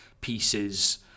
pieces